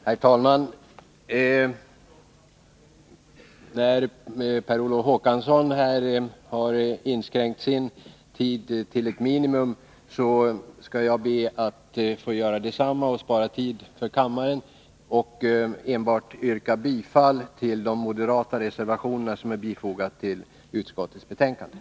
Herr talman! Eftersom Per Olof Håkansson här inskränker sin taletid till ett minimum, skall jag göra detsamma och därmed spara tid för kammaren. 141 Jag yrkar bifall till de moderata reservationer som är fogade till utskottsbetänkandet.